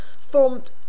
formed